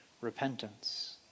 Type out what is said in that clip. repentance